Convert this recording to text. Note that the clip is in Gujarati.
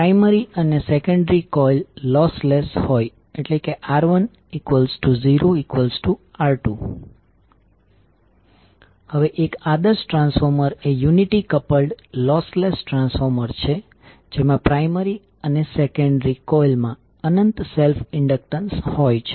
પ્રાઇમરી અને સેકન્ડરી કોઇલ લોસલેસ હોય R10R2 હવે એક આદર્શ ટ્રાન્સફોર્મર એ યુનિટી કપલ્ડ લોસલેસ ટ્રાન્સફોર્મર છે જેમાં પ્રાયમરી અને સેકન્ડરી કોઇલ માં અનંત સેલ્ફ ઇન્ડકટન્સ હોય છે